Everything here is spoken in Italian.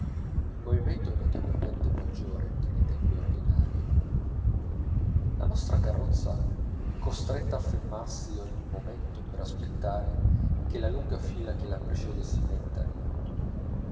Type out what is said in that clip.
il movimento è notevolmente maggiore che nei tempi ordinarii la nostra carrozza è costretta a fermarsi ogni momento per aspettare che la lunga fila che la precede si metta in moto